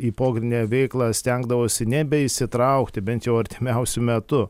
į pogrindinę veiklą stengdavosi nebeįsitraukti bent jau artimiausiu metu